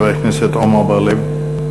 חבר הכנסת עמר בר-לב.